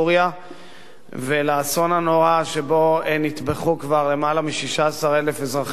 ולאסון הנורא שבו נטבחו כבר למעלה מ-16,000 אזרחים סורים מסוריה.